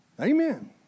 Amen